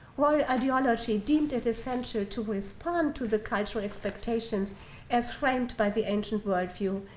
royal ideology deemed it essential to respond to the cultural expectations as framed by the ancient worldview,